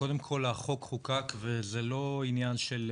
קודם כל החוק חוקק וזה לא עניין של,